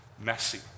messy